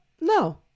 no